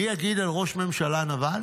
אני אגיד על ראש ממשלה נבל